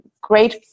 great